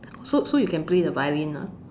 so so you can play the violin ah